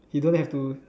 he don't have to